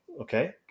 okay